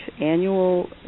annual